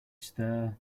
stir